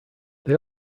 they